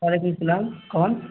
وعلیکم السلام کون